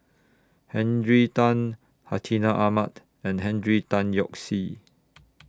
Henry Tan Hartinah Ahmad and Henry Tan Yoke See